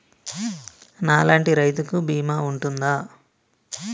నా లాంటి రైతు కి బీమా ఉంటుందా?